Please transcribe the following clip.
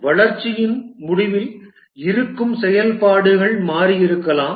வளர்ச்சியின் முடிவில் இருக்கும் செயல்பாடுகள் மாறியிருக்கலாம்